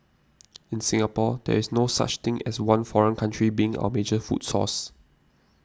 in Singapore there is no such thing as one foreign country being our major food source